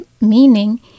meaning